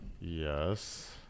Yes